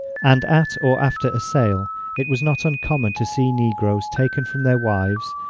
and at or after a sale it was not uncommon to see negroes taken from their wives,